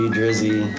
Drizzy